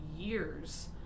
years